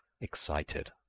excited